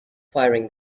firing